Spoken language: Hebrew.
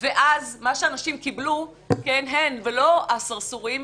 ומה שנשים קיבלו ולא הסרסורים,